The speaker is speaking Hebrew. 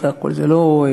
אחרי הכול זה לא,